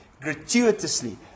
gratuitously